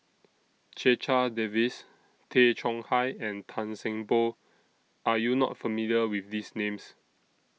Checha Davies Tay Chong Hai and Tan Seng Poh Are YOU not familiar with These Names